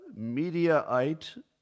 Mediaite